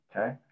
okay